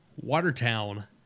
Watertown